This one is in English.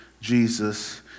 Jesus